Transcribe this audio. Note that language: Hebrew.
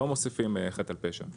לא מוסיפים חטא אל פשע.